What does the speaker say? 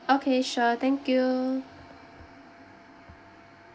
okay sure thank you